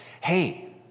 hey